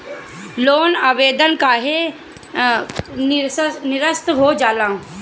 Loan आवेदन काहे नीरस्त हो जाला?